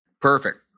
Perfect